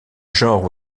genre